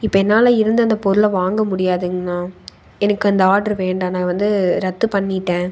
இப்போ என்னால் இருந்து அந்தப் பொருளை வாங்க முடியாதுங்ண்ணா எனக்கு அந்த ஆடர் வேண்டாம் நான் வந்து ரத்து பண்ணிவிட்டேன்